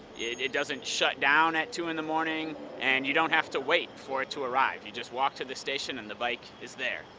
it it doesn't shut down at two in the morning and you don't have to wait for it to arrive, you just walk to the station and the bike is there.